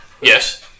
Yes